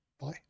Bye